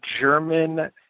german